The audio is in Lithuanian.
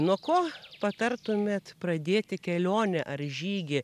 nuo ko patartumėt pradėti kelionę ar žygį